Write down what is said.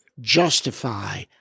justify